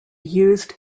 used